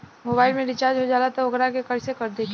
Mobile में recharge हो जाला त वोकरा के कइसे देखी?